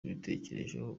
utabitekerejeho